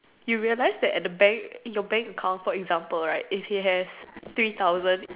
you realize that at the bank your bank account for example right if it has three thousand